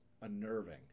unnerving